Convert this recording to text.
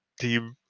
team